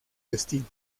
destinos